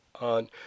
on